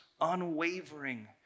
unwavering